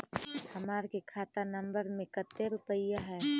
हमार के खाता नंबर में कते रूपैया है?